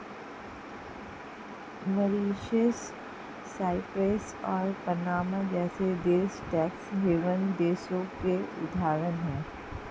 Mauritius, Cyprus और Panama जैसे देश टैक्स हैवन देशों के उदाहरण है